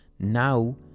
now